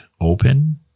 open